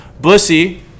Bussy